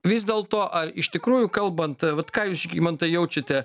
vis dėlto ar iš tikrųjų kalbant vat ką jūs žygimantai jaučiate